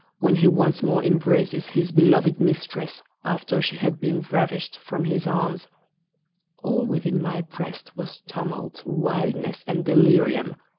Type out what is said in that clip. when he once more embraces his beloved mistress, after she had been ravished from his arms all within my breast was tumult, wildness, and delirium!